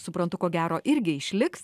suprantu ko gero irgi išliks